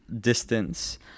distance